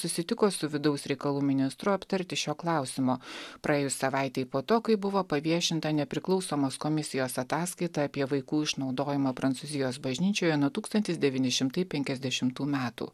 susitiko su vidaus reikalų ministru aptarti šio klausimo praėjus savaitei po to kai buvo paviešinta nepriklausomos komisijos ataskaita apie vaikų išnaudojimą prancūzijos bažnyčioje nuo tūkstantis devyni šimtai penkiasdešimtų metų